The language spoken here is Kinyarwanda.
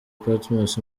patmos